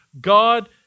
God